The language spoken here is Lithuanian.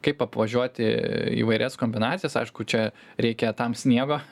kaip apvažiuoti įvairias kombinacijas aišku čia reikia tam sniego